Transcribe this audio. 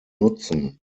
nutzen